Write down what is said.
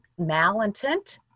Malintent